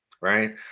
Right